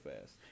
fast